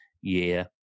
year